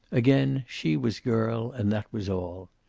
again she was girl, and that was all.